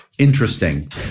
interesting